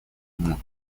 ему